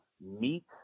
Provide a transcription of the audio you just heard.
meet